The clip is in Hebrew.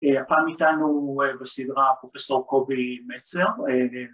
‫הפעם איתנו הוא בסדרה ‫פרופ' קובי מצר.